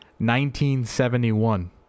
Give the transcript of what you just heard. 1971